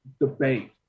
debate